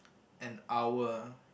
an hour